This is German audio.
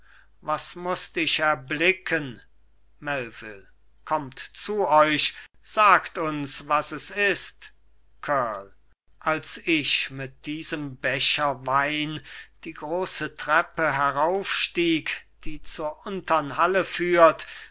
was mußt ich erblicken melvil kommt zu euch sagt uns was es ist kurl als ich mit diesem becher wein die große treppe heraufstieg die zur untern halle führt